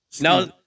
Now